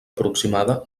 aproximada